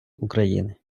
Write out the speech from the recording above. україни